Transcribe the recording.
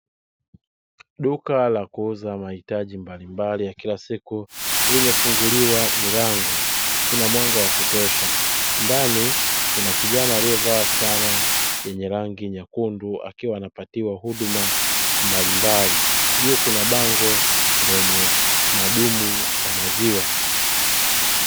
Duka la kuuza mahitaji mbalimbali ya kila siku limefunguliwa milango. Kuna mwanga wa kutosha ndani kuna kijana aliyevaa fulana yenye rangi nyekundu akiwa anapatiwa huduma mbalimbali. Juu kuna bango lenye madumu ya maziwa